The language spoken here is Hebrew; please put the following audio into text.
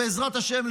בעזרת השם,